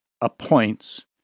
appoints